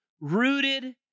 rooted